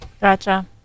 Gotcha